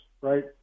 right